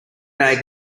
bag